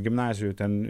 gimnazijų ten